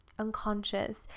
Unconscious